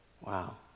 Wow